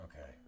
Okay